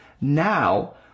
now